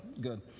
good